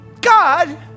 God